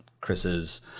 Chris's